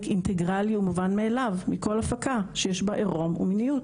אינטגרלי ומובן מאליו בכל הפקה שיש בה עירום ומיניות.